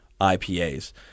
IPAs